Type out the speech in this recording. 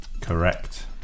correct